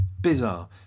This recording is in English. bizarre